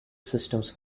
systems